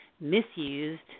misused